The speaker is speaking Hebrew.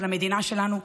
של המדינה שלנו,